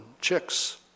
chicks